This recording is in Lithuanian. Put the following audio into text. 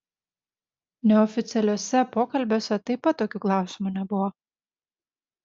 neoficialiuose pokalbiuose taip pat tokių klausimų nebuvo